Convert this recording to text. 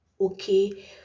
okay